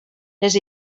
les